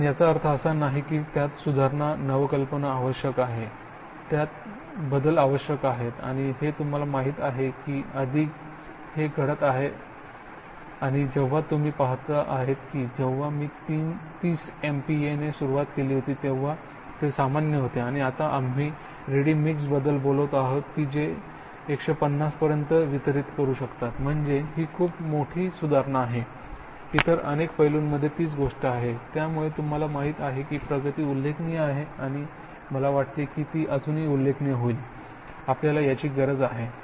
पण याचा अर्थ असा नाही की त्यात सुधारणा नवकल्पना आवश्यक आहे त्यात बदल आवश्यक आहेत आणि हे तुम्हाला नक्कीच माहित आहे की आधीच हे घडत आहे आणि जेव्हा तुम्ही पाहता आहेत कि जेव्हा मी 30 एमपीए ने सुरू केले तेव्हा ते सामान्य होते आणि आता आम्ही रेडी मिक्स बद्दल बोलत आहोत जे १५० पर्यंत वितरित करू शकतात म्हणजे ही एक खूप मोठी सुधारणा आहे इतर अनेक पैलूंमध्ये तीच गोष्ट आहे त्यामुळे तुम्हाला माहिती आहे की प्रगती उल्लेखनीय आहे आणि मला वाटते की ती अजूनही उल्लेखनीय होईल आपल्याला याची गरज आहे